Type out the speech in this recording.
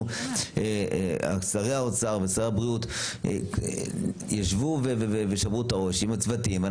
אחרי ששר האוצר ושר הבריאות ישבו ושברו את הראש עם הצוותים שלהם,